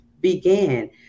began